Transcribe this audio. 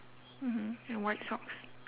mmhmm and white socks